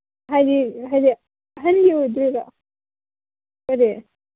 ꯍꯥꯏꯗꯤ ꯍꯥꯏꯗꯤ ꯑꯍꯟꯒꯤ ꯑꯣꯏꯗꯣꯏꯔꯣ ꯀꯔꯤ